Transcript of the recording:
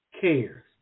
cares